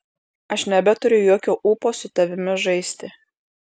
aš nebeturiu jokio ūpo su tavimi žaisti